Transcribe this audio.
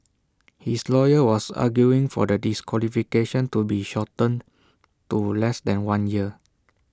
his lawyer was arguing for the disqualification to be shortened to less than one year